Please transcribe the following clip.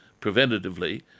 preventatively